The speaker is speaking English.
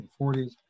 1940s